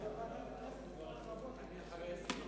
אני מתכבד להציג בפניכם